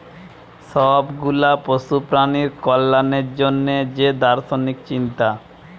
সব গুলা পশু প্রাণীর কল্যাণের জন্যে যে দার্শনিক চিন্তা